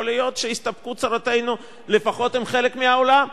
יכול להיות שיסתיימו צרותינו לפחות עם חלק מהעולם.